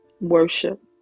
worship